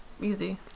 Easy